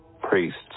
priests